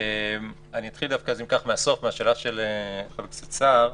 אני אתחיל מהסוף, מהשאלה של חבר הכנסת סער.